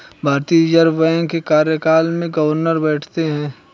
भारतीय reserve bank के कार्यालय में गवर्नर बैठते हैं